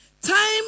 Time